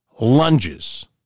lunges